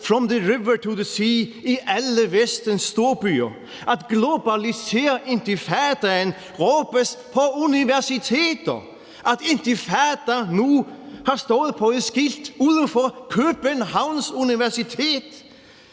»From the river to the sea« i alle Vestens storbyer; at »Globaliser intifadaen« råbes på universiteter; at »Intifada nu« har stået på et skilt uden for Københavns Universitet;